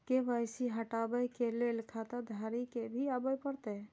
KYC हटाबै के लैल खाता धारी के भी आबे परतै?